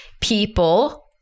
people